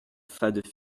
fades